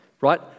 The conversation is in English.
right